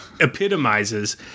epitomizes